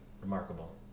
remarkable